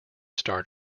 star